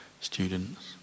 students